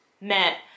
met